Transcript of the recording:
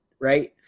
right